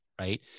Right